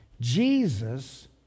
Jesus